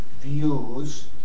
views